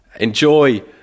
Enjoy